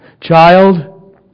Child